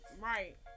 Right